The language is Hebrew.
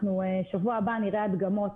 אנחנו בשבוע הבא נראה הדגמות,